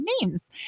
names